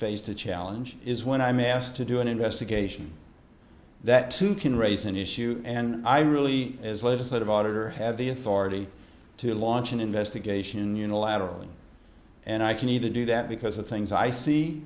faced a challenge is when i'm asked to do an investigation that can raise an issue and i really as legislative auditor have the authority to launch an investigation unilaterally and i can either do that because the things i see